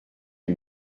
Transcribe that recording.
est